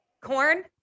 corn